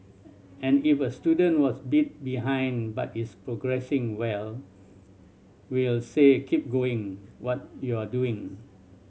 and if a student was a bit behind but is progressing well we'll say keep going what you're doing